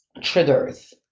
triggers